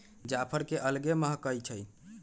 जाफर के अलगे महकइ छइ